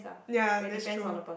ya that's true